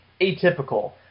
atypical